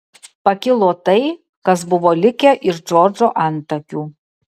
pakilo tai kas buvo likę iš džordžo antakių